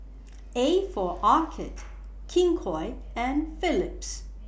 A For Arcade King Koil and Philips